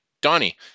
Donnie